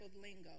lingo